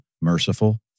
Merciful